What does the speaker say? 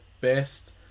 best